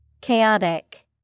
Chaotic